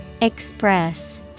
Express